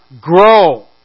grow